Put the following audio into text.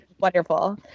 wonderful